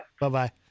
Bye-bye